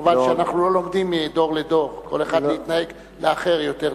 חבל שאנחנו לא לומדים מדור לדור כל אחד להתנהג לאחר יותר טוב.